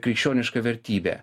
krikščioniška vertybė